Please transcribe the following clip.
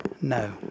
No